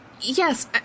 Yes